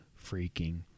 freaking